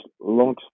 long